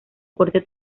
corte